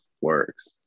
works